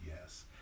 yes